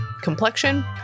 complexion